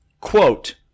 Quote